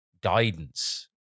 guidance